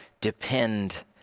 depend